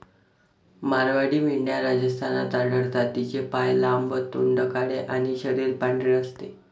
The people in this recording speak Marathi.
मारवाडी मेंढ्या राजस्थानात आढळतात, तिचे पाय लांब, तोंड काळे आणि शरीर पांढरे असते